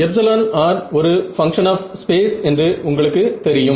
εr ஒரு function of space என்று உங்களுக்கு தெரியும்